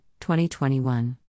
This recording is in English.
2021